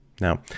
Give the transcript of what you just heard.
Now